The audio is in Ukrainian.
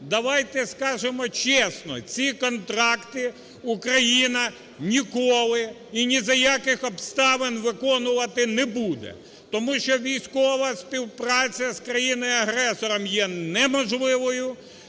Давайте скажемо чесно: ці контракти Україна ніколи і ні за яких обставин виконувати не буде, тому що військова співпраця з країною-агресором є неможливою,